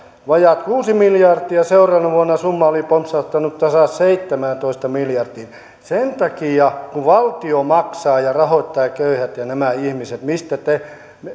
vajaat kuusi miljardia seuraavana vuonna summa oli pompsahtanut tasan seitsemääntoista miljardiin sen takia kun valtio maksaa ja rahoittaa köyhät ja nämä ihmiset mistä te